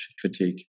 fatigue